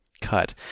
cut